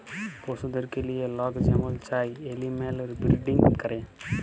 পশুদেরকে লিঁয়ে লক যেমল চায় এলিম্যাল বিরডিং ক্যরে